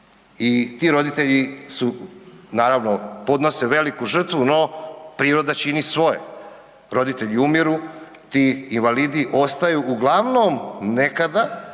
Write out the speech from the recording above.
i ti roditelji su, naravno podnose veliku žrtvu, no priroda čini svoje, roditelji umiru, ti invalidi ostaju uglavnom nekada